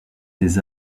des